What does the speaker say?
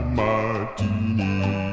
martini